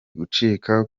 gucika